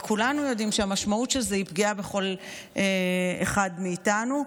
וכולנו יודעים שהמשמעות של זה היא פגיעה בכל אחד מאיתנו,